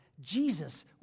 Jesus